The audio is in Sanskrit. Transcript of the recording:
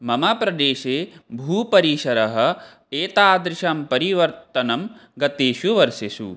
मम प्रदेशे भूपरिसरः एतादृशं परिवर्तनं गतेषु वर्षेषु